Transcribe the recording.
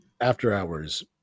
after-hours